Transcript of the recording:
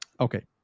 okay